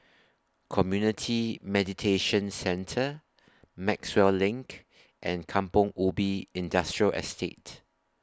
Community Mediation Centre Maxwell LINK and Kampong Ubi Industrial Estate